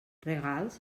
regals